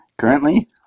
Currently